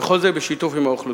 וכל זה בשיתוף האוכלוסייה.